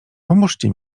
pomóżcie